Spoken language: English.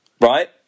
Right